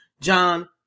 John